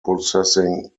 processing